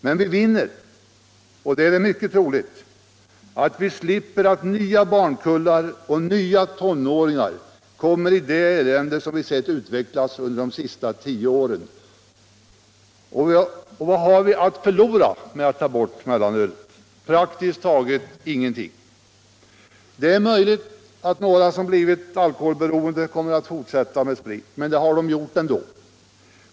Men vi vinner — och det är mycket troligt — att inte nya kullar av barn och tonåringar kommer i det elände som vi sett utvecklas under de senaste tio åren. Och vad har vi att förlora på att ta bort mellanölet? Praktiskt taget ingenting. Det är möjligt att några som blivit alkoholberoende kommer att fortsätta med sprit, men det hade de gjort ändå.